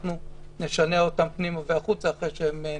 אנחנו נשנע אותם פנימה והחוצה אחרי שהם נבדקו.